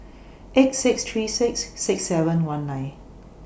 eight six three six six seven one nine